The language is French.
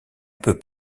peu